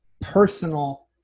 personal